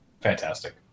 fantastic